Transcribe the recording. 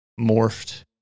morphed